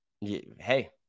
hey